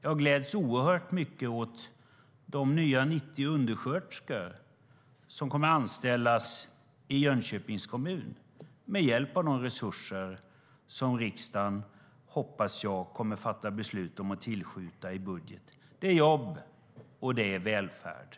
Jag gläds oerhört mycket åt de 90 nya undersköterskor som kommer att anställas i Jönköpings kommun med hjälp av de resurser som riksdagen, hoppas jag, kommer att fatta beslut om att tillskjuta i budgeten.